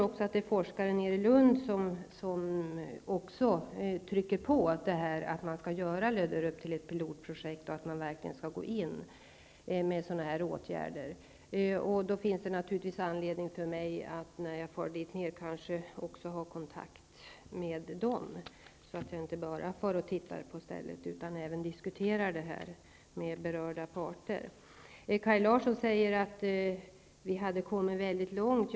Jag förstår att också forskare i Lund trycker på och menar att Löderup skall göras till ett pilotprojekt och att projektet skall bli föremål för åtgärder av nämnda slag. Det finns därför anledning för mig att i samband med min resa dit ner också ta kontakt med de här forskarna. Jag skall alltså inte bara åka ner till den aktuella platsen, utan jag skall även diskutera de här frågorna med berörda parter. Kaj Larsson sade att man hade kommit väldigt långt.